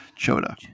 choda